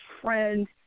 friend